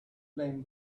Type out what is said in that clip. flame